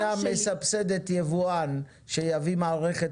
ואם המדינה מסבסדת יבואן שיביא מערכת